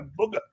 booger